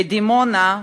בדימונה,